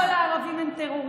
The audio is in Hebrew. לא כל הערבים הם טרוריסטים,